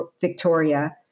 Victoria